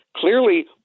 Clearly